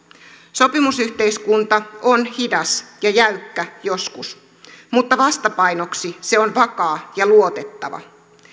sopimusyhteiskunta on hidas ja jäykkä joskus mutta vastapainoksi se on vakaa ja luotettava